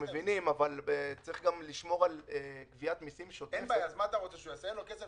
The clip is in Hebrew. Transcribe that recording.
העמדה של אותו בעל עסק שאומר לך: אתה אומר